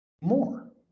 more